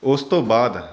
ਉਸ ਤੋਂ ਬਾਅਦ